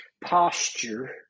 posture